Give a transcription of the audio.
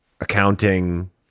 accounting